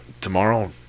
tomorrow